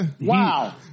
Wow